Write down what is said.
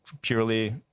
purely